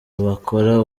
bakora